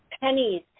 pennies